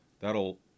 that'll